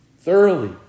thoroughly